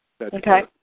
Okay